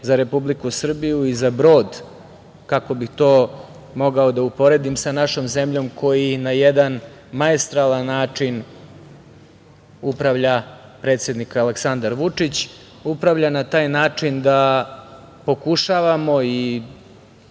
za Republiku Srbiju i za brod, kako bih to mogao da uporedim, sa našom zemljom koji na jedan maestralan način upravlja predsednik Aleksandar Vučić. Upravlja na taj način da pokušavamo i